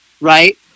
right